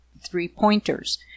three-pointers